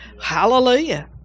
hallelujah